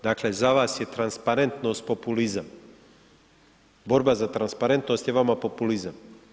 Dakle, za vas je transparentnost populizam, borba za transparentnost je vama populizam.